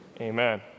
Amen